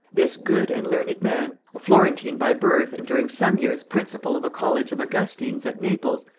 this good and learned man, a florentine by birth and during some years principal of a college of augustines at naples,